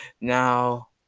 now